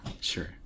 sure